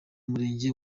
murenge